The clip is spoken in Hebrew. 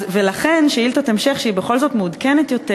ולכן שאילתת המשך, שהיא בכל זאת מעודכנת יותר.